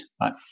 right